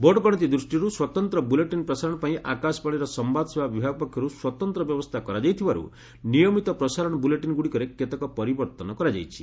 vote ଗଣତି ଦୃଷ୍ଟିରୁ ସ୍ୱତନ୍ତ୍ର ବୁଲେଟିନ୍ ପ୍ରସାରଣ ପାଇଁ ଆକାଶବାଣୀର ସମ୍ଭାଦସେବା ବିଭାଗ ପକ୍ଷରୁ ସ୍ପତନ୍ତ୍ର ବ୍ୟବସ୍ଥା କରାଯାଇଥିବାରୁ ନିୟମିତ ପ୍ରସାରଣ ବୁଲେଟିନ୍ ଗୁଡ଼ିକରେ କେତେକ ପରିବର୍ତ୍ତନ କରାଯାଇଛି